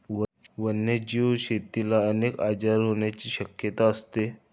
वन्यजीव शेतीला अनेक आजार होण्याची शक्यता असते